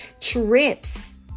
trips